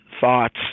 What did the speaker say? thoughts